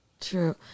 True